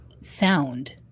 sound